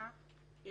הוא